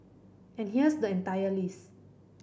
and here's the entire list